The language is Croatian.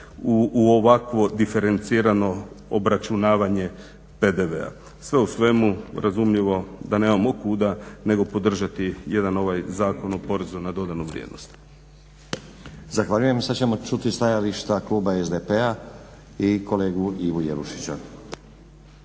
u ovakvo diferencirano obračunavanje PDV-a. Sve u svemu, razumljivo da nemamo kuda nego podržati jedan ovaj Zakon o PDV-u. **Stazić, Nenad (SDP)** Zahvaljujem. Sad ćemo čuti stajališta kluba SDP-a i kolegu Ivu Jelušića.